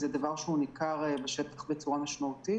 זה דבר שניכר בשטח בצורה משמעותית.